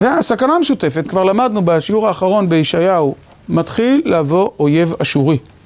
והסכנה משותפת, כבר למדנו בשיעור האחרון בישעיהו, מתחיל לבוא אויב אשורי.